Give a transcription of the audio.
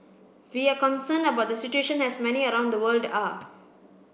we are concerned about the situation as many around the world are